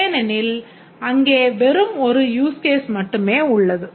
ஏனெனில் அங்கே வெறும் ஒரு யூஸ் கேஸ் மட்டுமே உள்ளது